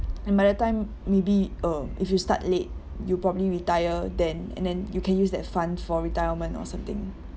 and by the time maybe um if you start late you probably retire then and then you can use that fund for retirement or something